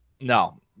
No